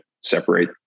separate